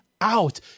out